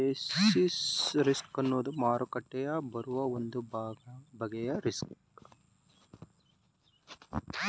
basis risk ಅನ್ನುವುದು ಮಾರುಕಟ್ಟೆಯಲ್ಲಿ ಬರುವ ಒಂದು ಬಗೆಯ ರಿಸ್ಕ್